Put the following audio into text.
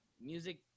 Music